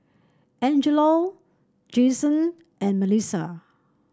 Angella Jaxon and Melissa